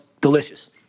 Delicious